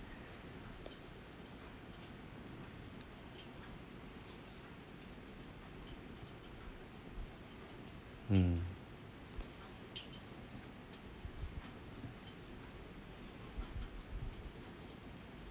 hmm